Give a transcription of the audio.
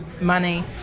money